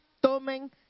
tomen